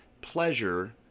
pleasure